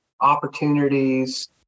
opportunities